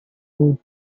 food